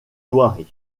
loiret